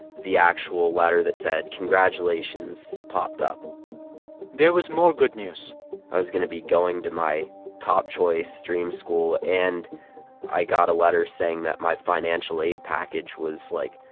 the actual letter that said congratulations popped up there was more good news i was going to be going to my top choice, dream school, and i got a letter saying that my financial aid package was, like,